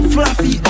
Fluffy